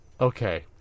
Okay